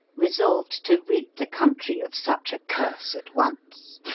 resolved to rid the country of such a curse at once.